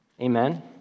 Amen